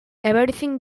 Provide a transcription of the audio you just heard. everything